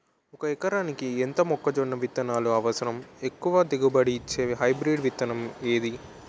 ఒక ఎకరాలకు ఎంత మొక్కజొన్న విత్తనాలు అవసరం? ఎక్కువ దిగుబడి ఇచ్చే హైబ్రిడ్ విత్తనం ఏది?